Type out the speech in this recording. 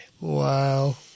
Wow